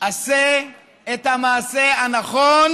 עשה את המעשה הנכון: